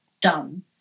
done